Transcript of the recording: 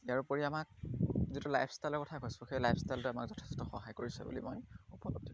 ইয়াৰোপৰি আমাক যিটো লাইফ ষ্টাইলৰ কথা কৈছোঁ সেই লাইফ ষ্টাইলটোৱে আমাক যথেষ্ট সহায় কৰিছে বুলি মই উপলদ্ধ